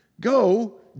Go